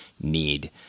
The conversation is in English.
need